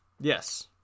Yes